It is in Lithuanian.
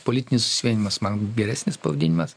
politinis susivienijimas man geresnis pavadinimas